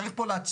צריך פה לעצור.